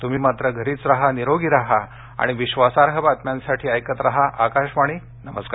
तुम्ही मात्र घरीच राहा निरोगी राहा आणि विश्वासार्ह बातम्यांसाठी ऐकत राहा आकाशवाणी नमस्कार